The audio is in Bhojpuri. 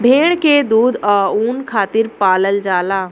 भेड़ के दूध आ ऊन खातिर पलाल जाला